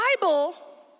Bible